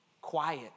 quiet